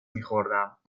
میخوردم